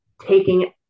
taking